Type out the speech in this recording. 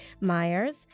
Myers